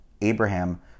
Abraham